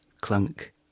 clunk